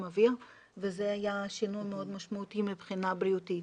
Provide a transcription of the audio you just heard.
אוויר וזה היה שינוי מאוד משמעותי מבחינה בריאותית.